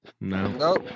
No